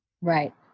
Right